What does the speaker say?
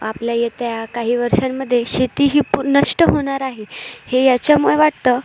आपल्या येत्या काही वर्षांमध्ये शेती ही पुर नष्ट होणार आहे हे याच्यामुळे वाटतं